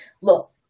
Look